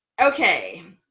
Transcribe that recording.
okay